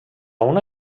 una